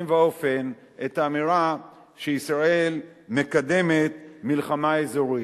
ואופן את האמירה שישראל מקדמת מלחמה אזורית.